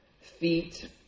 feet